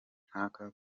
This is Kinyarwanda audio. nkaka